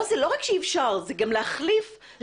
זה לא רק שאי אפשר אלא גם להחליף מטפל,